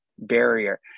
barrier